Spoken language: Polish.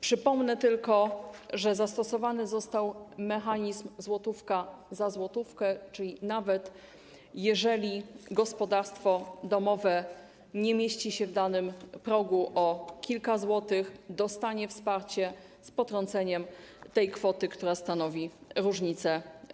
Przypomnę tylko, że zastosowany został mechanizm złotówka za złotówkę, czyli nawet jeżeli gospodarstwo domowe nie mieści się w danym progu, przekracza go o kilka złotych, dostanie wsparcie z potrąceniem tej kwoty, która stanowi różnicę.